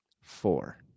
Four